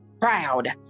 proud